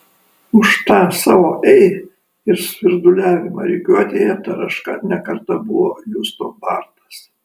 už tą savo ei ir svirduliavimą rikiuotėje taraška ne kartą buvo justo bartas